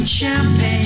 champagne